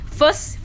first